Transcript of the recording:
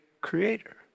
creator